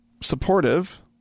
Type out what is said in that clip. supportive